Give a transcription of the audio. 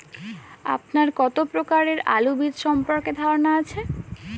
আপনার কত প্রকারের আলু বীজ সম্পর্কে ধারনা আছে?